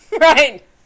Right